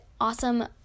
awesome